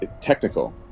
technical